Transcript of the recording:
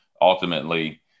ultimately